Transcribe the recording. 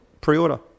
Pre-order